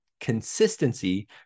consistency